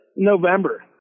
November